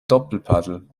doppelpaddel